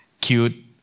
cute